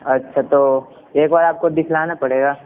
اچھا تو ایک بار آپ کو دکھلانا پڑے گا